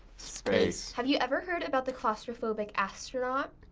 space. have you ever heard about the claustrophobic astronaut?